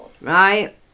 Right